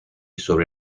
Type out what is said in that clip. sobre